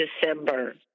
December